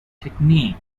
technique